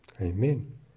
Amen